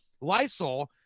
Lysol